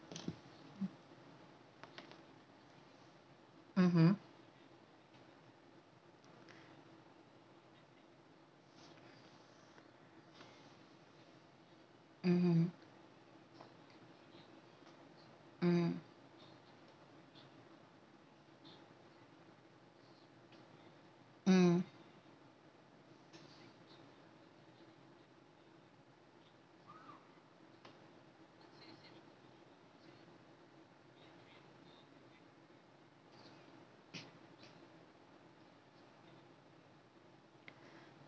mmhmm mmhmm mm mm